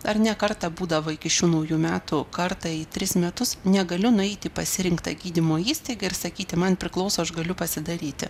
ar ne kartą būdavo iki šių naujų metų kartą į tris metus negaliu nueiti pasirinktą gydymo įstaigą ir sakyti man priklauso aš galiu pasidaryti